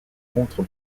contre